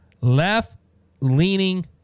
left-leaning